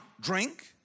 drink